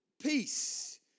Peace